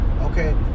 okay